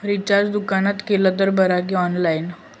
Recharge दुकानात केला तर बरा की ऑनलाइन?